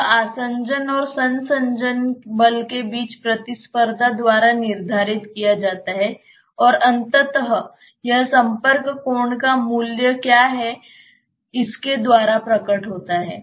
यह आसंजन और संसंजन बल के बीच प्रतिस्पर्धा द्वारा निर्धारित किया जाता है और अंततः यह संपर्क कोण का मूल्य क्या है इसके द्वारा प्रकट होता है